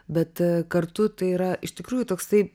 bet kartu tai yra iš tikrųjų toksai